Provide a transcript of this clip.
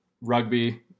rugby